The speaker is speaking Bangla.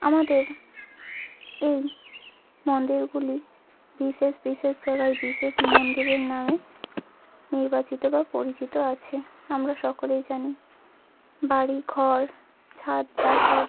আমাদের এই মন্দিরগুলি বিশেষ বিশেষ জায়গায় বিশেষ মন্দিরের নামে নির্বাচিত বা পরিচিত আছে আমরা সকলেই জানি বাড়ি ঘর ছাদ প্রাসাদ